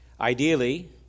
Ideally